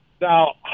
now